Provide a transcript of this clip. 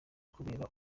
kubera